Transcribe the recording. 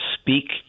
speak